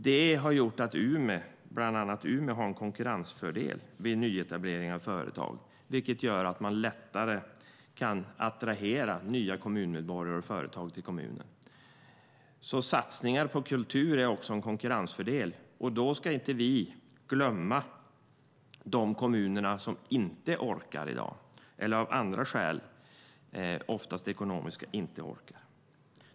Det har gjort att Umeå har en konkurrensfördel vid nyetablering av företag, vilket gör att man lättare kan attrahera nya kommunmedborgare och företag till kommunen. Satsningar på kultur är alltså också en konkurrensfördel, men vi får inte glömma de kommuner som av olika skäl, oftast ekonomiska, inte orkar i dag.